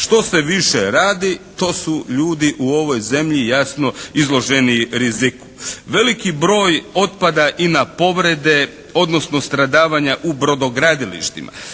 Što se više radi to su ljudi u ovoj zemlji jasno izloženiji riziku. Veliki broj otpada i na povrede, odnosno stradavanja u brodogradilištima.